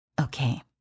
Okay